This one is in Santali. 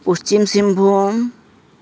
ᱯᱚᱪᱷᱤᱢ ᱥᱤᱝᱵᱷᱩᱢ